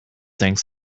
think